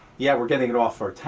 yeah, we're getting it off our